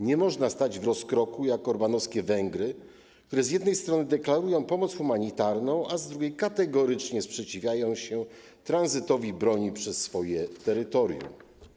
Nie można stać w rozkroku, jak orbanowskie Węgry, które z jednej strony deklarują pomoc humanitarną, a z drugiej kategorycznie sprzeciwiają się tranzytowi broni przez swoje terytorium.